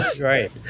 Right